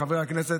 חברי הכנסת,